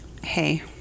hey